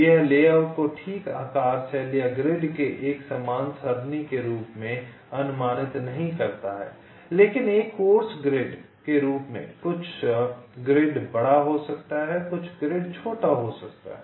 यह लेआउट को ठीक आकार सेल या ग्रिड के एक समान सरणी के रूप में अनुमानित नहीं करता है लेकिन एक कोर्स ग्रिड के रूप में कुछ ग्रिड बड़ा हो सकता है कुछ ग्रिड छोटा हो सकता है